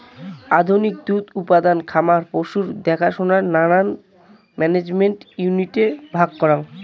আধুনিক দুধ উৎপাদন খামার পশুর দেখসনাক নানান ম্যানেজমেন্ট ইউনিটে ভাগ করাং